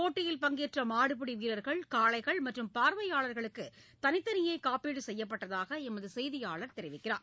போட்டியில் பங்கேற்ற மாடுபிடி வீரர்கள் காளைகள் மற்றும் பார்வையாளர்களுக்கு தனித்தனியே காப்பீடு செய்யப்பட்டதாக எமது செய்தியாளர் தெரிவிக்கிறார்